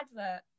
advert